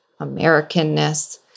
Americanness